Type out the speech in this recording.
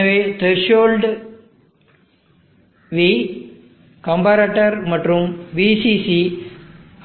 எனவே threshold V comparator மற்றும் VCC